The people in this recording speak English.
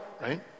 right